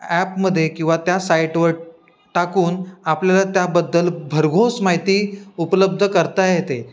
ॲपमध्ये किंवा त्या साईटवर टाकून आपल्याला त्याबद्दल भरघोस माहिती उपलब्ध करता येते